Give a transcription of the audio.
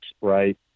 right